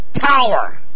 tower